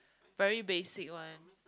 very basic one